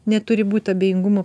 neturi būt abejingumo